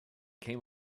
came